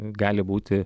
gali būti